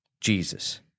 Jesus